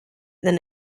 than